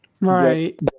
right